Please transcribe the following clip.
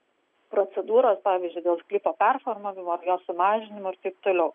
procedūros pavyzdžiui dėl sklypo performavimo ar jo sumažinimo ir taip toliau